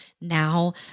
Now